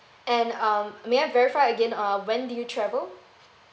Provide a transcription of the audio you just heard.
and um may I verify again uh when did you travel